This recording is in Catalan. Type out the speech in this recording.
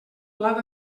blat